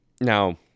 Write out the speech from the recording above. Now